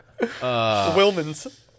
Wilmans